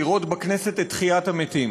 לראות בכנסת את תחיית המתים.